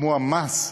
כמו המס הסמוי,